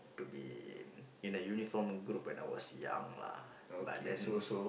to be in a uniform group when I was young lah but then